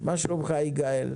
מה שלומך, יגאל?